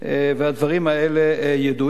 והדברים האלה ידועים.